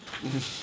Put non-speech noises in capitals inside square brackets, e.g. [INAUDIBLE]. [LAUGHS]